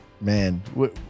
man